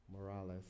Morales